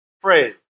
phrase